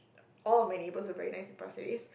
all of my neighbours were very nice in Pasir-Ris